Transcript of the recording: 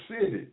city